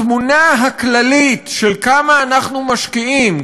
התמונה הכללית של כמה אנחנו משקיעים,